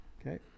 Okay